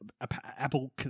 Apple